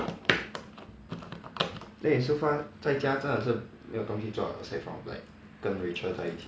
then 你 so far 在家真的是没有东西做 except from like 跟 rachel 在一起